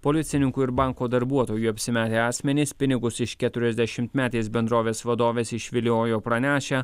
policininku ir banko darbuotoju apsimetę asmenys pinigus iš keturiasdešimtmetės bendrovės vadovės išviliojo pranešę